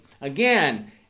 again